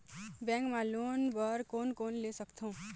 Bank मा loan बर कोन कोन ले सकथों?